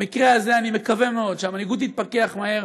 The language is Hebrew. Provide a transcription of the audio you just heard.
במקרה הזה אני מקווה מאוד שהמנהיגות תתפכח מהר,